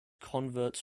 converts